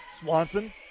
Swanson